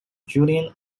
julian